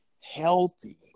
healthy